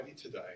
today